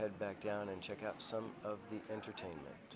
head back down and check out some of the entertainment